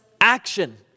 action